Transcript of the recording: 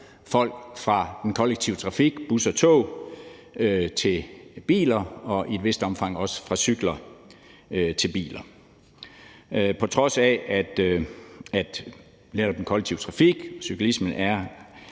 folk fra den kollektive trafik, busser og tog, til biler og i et vist omfang også fra cykler til biler, på trods af at netop den kollektive trafik, herunder cyklismen, er